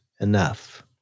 enough